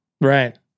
Right